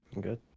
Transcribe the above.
good